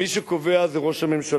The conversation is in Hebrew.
מי שקובע זה ראש הממשלה.